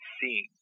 seen